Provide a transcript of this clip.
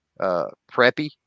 Preppy